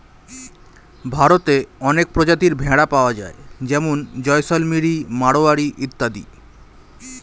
ভারতে অনেক প্রজাতির ভেড়া পাওয়া যায় যেমন জয়সলমিরি, মারোয়ারি ইত্যাদি